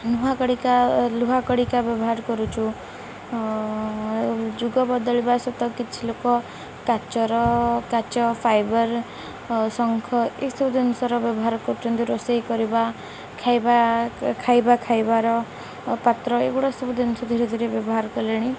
ନୁହା କଡ଼ିକା ଲୁହା କଡ଼ିକା ବ୍ୟବହାର କରୁଛୁ ଯୁଗ ବଦଳିବା ସହିତ କିଛି ଲୋକ କାଚର କାଚ ଫାଇବର୍ ଶଙ୍ଖ ଏସବୁ ଜିନିଷର ବ୍ୟବହାର କରୁଛନ୍ତି ରୋଷେଇ କରିବା ଖାଇବା ଖାଇବା ଖାଇବାର ପାତ୍ର ଏଗୁଡ଼ା ସବୁ ଜିନିଷ ଧୀରେ ଧୀରେ ବ୍ୟବହାର କଲେଣି